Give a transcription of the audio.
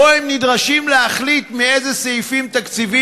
שבו הם נדרשים להחליט מאילו סעיפים תקציביים